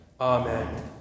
Amen